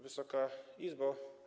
Wysoka Izbo!